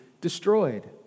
destroyed